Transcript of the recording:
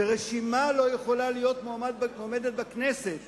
ורשימה לא יכולה להיות מועמדת לכנסת